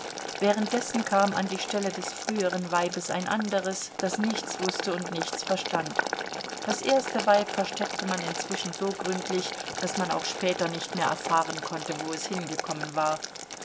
währenddessen kam an die stelle des früheren weibes ein anderes das nichts wußte und nichts verstand das erste weib versteckte man inzwischen so gründlich daß man auch später nicht mehr erfahren konnte wo es hingekommen war